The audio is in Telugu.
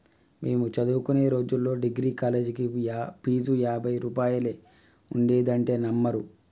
మేము చదువుకునే రోజుల్లో డిగ్రీకి కాలేజీ ఫీజు యాభై రూపాయలే ఉండేదంటే నమ్మరు